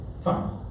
Fine